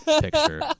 picture